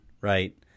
right